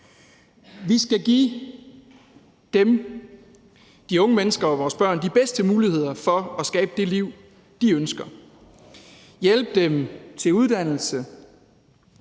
Vi skal give de unge mennesker og vores børn de bedste muligheder for at skabe det liv, de ønsker, hjælpe dem til uddannelse,